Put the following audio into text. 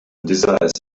desires